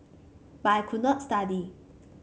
but I could not study